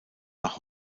nach